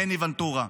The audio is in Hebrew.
מני ונטורה.